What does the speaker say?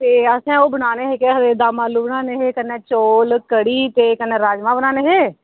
ते असें ओह् बनाने हे केह् आक्खदे दम्म आल्लू बनाने हे ते कन्नै चौल कढ़ी ते कन्नै राजमां बनाने हे